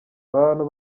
abantu